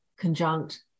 conjunct